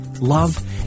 love